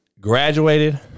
graduated